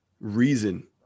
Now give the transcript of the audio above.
reason